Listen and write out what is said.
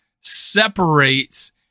separates